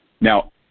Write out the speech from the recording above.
Now